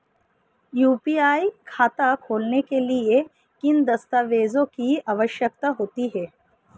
UPI खाता खोलने के लिए किन दस्तावेज़ों की आवश्यकता होती है?